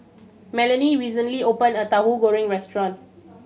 Melony recently opened a Tauhu Goreng restaurant